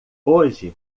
hoje